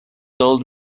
told